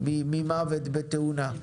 ממוות בתאונה.